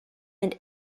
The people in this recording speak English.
and